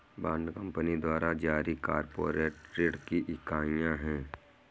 bond company द्वारा जारी corporate ऋण की इकाइयां हैं